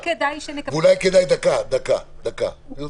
אולי